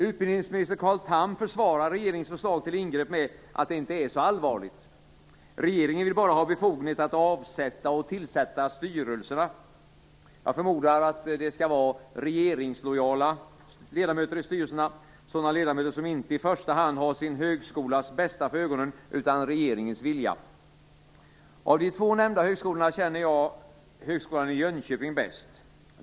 Utbildningsminister Carl Tham försvarar regeringens förslag till ingrepp med att det inte är så allvarligt. Regeringen vill bara ha befogenhet att avsätta och tillsätta styrelserna. Jag förmodar att det skall vara regeringslojala ledamöter i styrelserna, sådana ledamöter som inte i första hand har sin högskolas bästa för ögonen utan regeringens vilja. Av de två nämnda högskolorna känner jag Högskolan i Jönköping bäst.